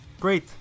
Great